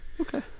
Okay